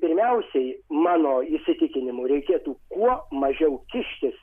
pirmiausiai mano įsitikinimu reikėtų kuo mažiau kištis